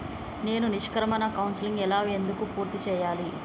నేను నిష్క్రమణ కౌన్సెలింగ్ ఎలా ఎందుకు పూర్తి చేయాలి?